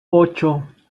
ocho